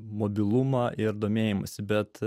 mobilumą ir domėjimąsi bet